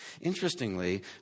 Interestingly